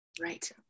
Right